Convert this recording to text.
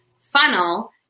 funnel